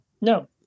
No